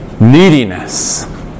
neediness